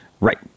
Right